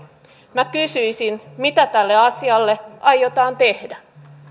minä kysyisin mitä tälle asialle aiotaan tehdä